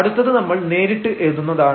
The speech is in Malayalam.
അടുത്തത് നമ്മൾ നേരിട്ട് എഴുതുന്നതാണ്